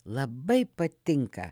labai patinka